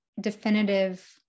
definitive